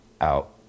out